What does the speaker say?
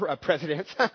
presidents